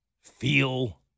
feel